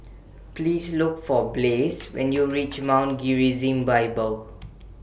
Please Look For Blaze when YOU REACH Mount Gerizim Bible